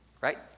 right